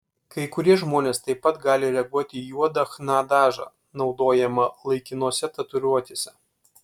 kai kurie žmonės taip pat gali reaguoti į juodą chna dažą naudojamą laikinose tatuiruotėse